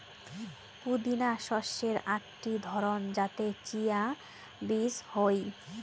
পুদিনা শস্যের আকটি ধরণ যাতে চিয়া বীজ হই